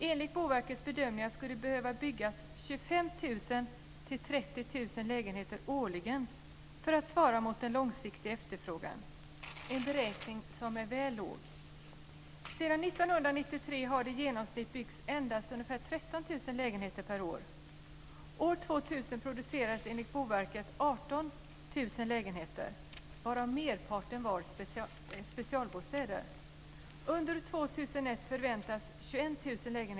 Enligt Boverkets bedömningar skulle det behöva byggas 25 000-30 000 lägenheter årligen för att svara mot den långsiktiga efterfrågan. Det är en beräkning som är väl låg. Sedan 1993 har det i genomsnitt byggts endast 13 000 lägenheter per år.